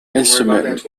instrument